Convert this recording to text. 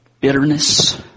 Bitterness